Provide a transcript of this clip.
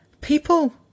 people